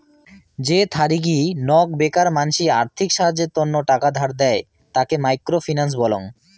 যে থারিগী নক বেকার মানসি আর্থিক সাহায্যের তন্ন টাকা ধার দেয়, তাকে মাইক্রো ফিন্যান্স বলং